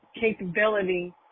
capability